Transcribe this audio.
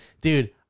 dude